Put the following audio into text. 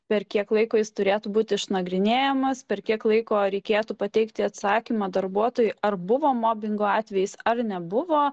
per kiek laiko jis turėtų būti išnagrinėjamas per kiek laiko reikėtų pateikti atsakymą darbuotojui ar buvo mobingo atvejis ar nebuvo